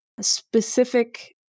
specific